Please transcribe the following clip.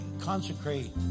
consecrate